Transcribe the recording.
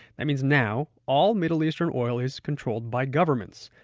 that means now, all middle eastern oil is controlled by governments.